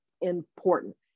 important